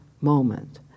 moment